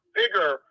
bigger